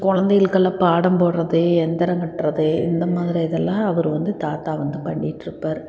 குலந்தைகளுக்கெல்லாம் பாடம் போடுறது எந்திரம் கட்டுறது இந்தமாதிரி இதெல்லாம் அவர் வந்து தாத்தா வந்து பண்ணிட்ருப்பார்